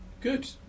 Good